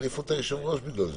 החליפו את היושב-ראש בגלל זה.